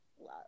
love